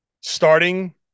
starting